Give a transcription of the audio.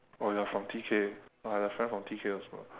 oh you're from T_K I have a friend from T_K also